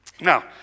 Now